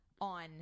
on